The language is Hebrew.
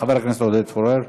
חבר הכנסת עודד פורר.